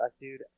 Dude